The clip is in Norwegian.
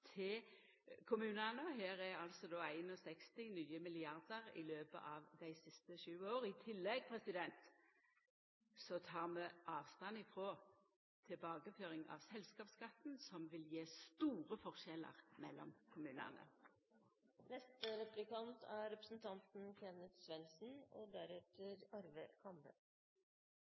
til kommunane. Her har ein altså tilført 61 nye milliardar i løpet av dei siste sju åra. I tillegg tek vi avstand frå tilbakeføring av selskapsskatten, som vil gje store forskjellar mellom kommunane. Representanten